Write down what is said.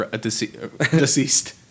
deceased